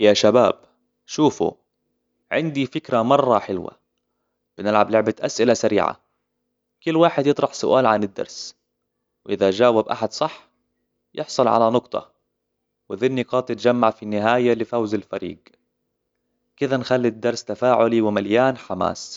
يا شباب، شوفوا، عندي فكرة مره حلوة، فلنعب لعبة أسئلة سريعة كل واحد يطرح سؤال عن الدرس، وإذا جاوب أحد صح، يحصل على نقطة وذي النقاط تتجمع في النهاية لفوز البريد كده نخلي الدرس تفاعلي ومليان حماس